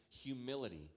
humility